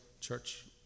church